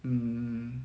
um